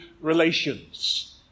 relations